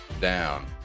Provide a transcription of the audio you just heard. down